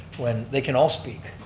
when they can all speak.